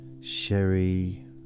Sherry